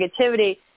negativity